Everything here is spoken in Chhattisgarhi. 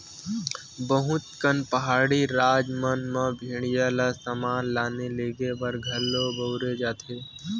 बहुत कन पहाड़ी राज मन म भेड़िया ल समान लाने लेगे बर घलो बउरे जाथे